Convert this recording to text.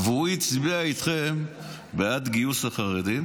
והוא הצביע איתכם בעד גיוס החרדים,